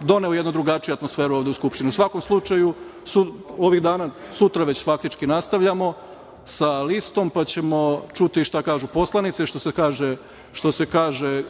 doneo jednu drugačiju atmosferu ovde u Skupštini.U svakom slučaju, sutra već nastavljamo sa listom, pa ćemo čuti šta kažu poslanici.